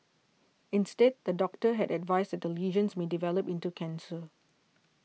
instead the doctor had advised that the lesions may develop into cancer